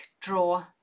draw